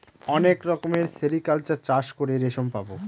অনেক রকমের সেরিকালচার চাষ করে রেশম পাবো